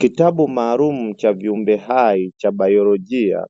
Kitabu maalumu cha viumbe hai cha baiolojia